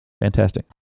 Fantastic